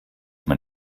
man